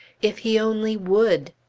if he only would.